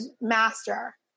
master